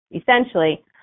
essentially